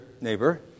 neighbor